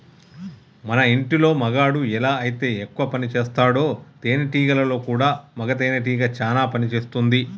మన ఇంటిలో మగాడు ఎలా అయితే ఎక్కువ పనిసేస్తాడో తేనేటీగలలో కూడా మగ తేనెటీగ చానా పని చేస్తుంది